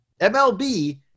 MLB